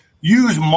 use